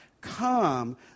Come